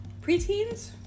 preteens